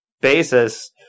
basis